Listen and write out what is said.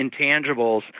intangibles